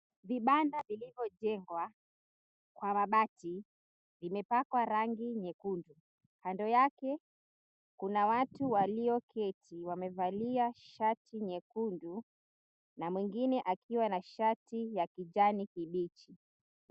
Vibanda vilivyojengwa kwa mabati, vimepakwa rangi nyekundu. Kando yake, kuna watu walioketi wamevalia shati nyekundu, na mwingine akiwa na shati ya kijani kibichi.